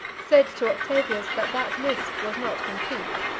said to octavius that that list was not complete.